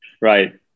Right